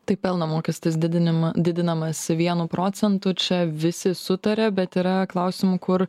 tai pelno mokestis didinima didinamas vienu procentu čia visi sutaria bet yra klausimų kur